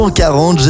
140